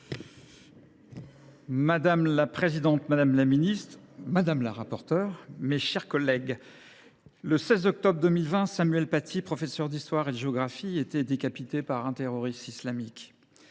Madame la présidente, madame la ministre, mes chers collègues, le 16 octobre 2020, Samuel Paty, professeur d’histoire et de géographie, était décapité par un terroriste islamique.